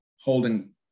holding